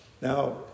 Now